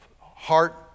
heart